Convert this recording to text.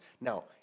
Now